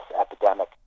epidemic